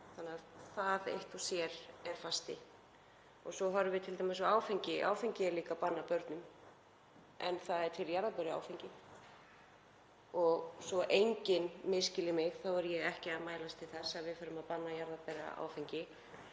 þannig að það eitt og sér er fasti. Svo horfum við t.d. á áfengi sem er líka bannað börnum en það er til jarðarberjaáfengi. Svo enginn misskilji mig þá er ég ekki að mælast til þess að við förum að banna jarðarberjaáfengi